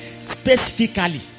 Specifically